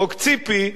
חוק ציפי,